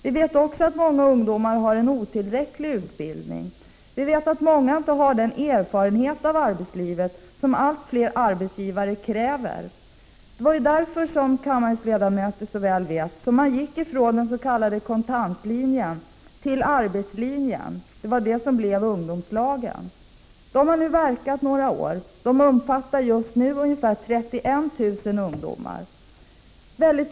Vi vet också att många ungdomar har en otillräcklig utbildning och att de inte har den erfarenhet av arbetslivet som allt fler arbetsgivare kräver. Det var därför, vilket kammarens ledamöter så väl vet, som man gick från dens.k. kontantlinjen till arbetslinjen. Det var det som blev ungdomslagen. De har nu funnits i några år och omfattar just nu ungefär 31 000 ungdomar.